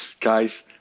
guys